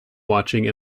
watching